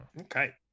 okay